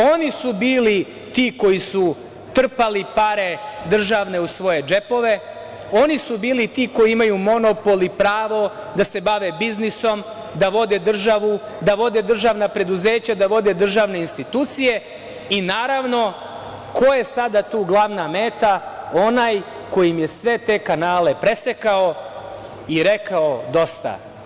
Oni su bili ti koji su trpali državne pare u svoje džepove, oni su bili ti koji imaju monopol i pravo da se bave biznisom, da vode državu, da vode državna preduzeća, da vode državne institucije i ko je sada tu glavna meta, onaj koji im je sve te kanale presekao i rekao – dosta.